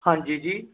ਹਾਂਜੀ ਜੀ